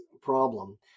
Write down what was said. problem